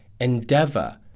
endeavor